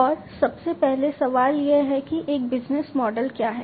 और सबसे पहले सवाल यह है कि एक बिजनेस मॉडल क्या है